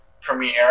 premiere